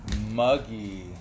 muggy